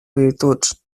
virtuts